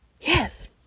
Yes